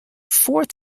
fourth